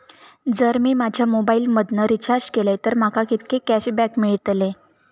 जर मी माझ्या मोबाईल मधन रिचार्ज केलय तर माका कितके कॅशबॅक मेळतले?